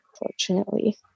Unfortunately